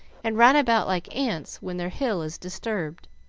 and ran about like ants when their hill is disturbed.